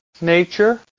nature